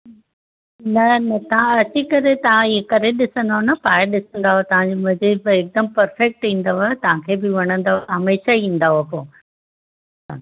न न तव्हां अची करे तव्हां इएं करे ॾिसंदव न पाए ॾिसंदव तव्हां जे मजे बि हिकदमि परफेक्ट ईंदव न तव्हां खे बि वणंदव हमेशा ईंदव पोइ हा